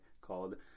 called